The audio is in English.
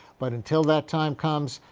but until that time comes,